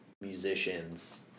musicians